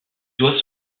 doit